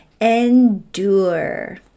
endure